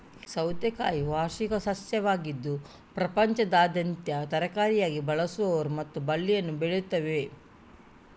ಸೌತೆಕಾಯಿ ವಾರ್ಷಿಕ ಸಸ್ಯವಾಗಿದ್ದು ಪ್ರಪಂಚದಾದ್ಯಂತ ತರಕಾರಿಯಾಗಿ ಬಳಸುವರು ಮತ್ತು ಬಳ್ಳಿಯಲ್ಲಿ ಬೆಳೆಯುತ್ತವೆ